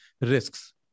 risks